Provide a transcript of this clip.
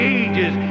ages